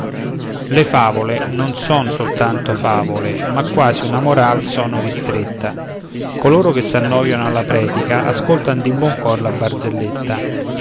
le favole non son soltanto favole ma quasi una moral sono ristretta coloro che s'annoiano alla predica ascoltan di buon cuor la barzelletta